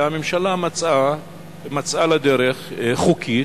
והממשלה מצאה לה דרך חוקית,